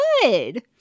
good